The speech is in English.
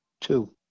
two